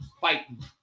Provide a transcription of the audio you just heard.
fighting